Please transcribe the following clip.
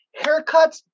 Haircuts